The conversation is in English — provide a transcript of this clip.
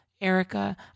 Erica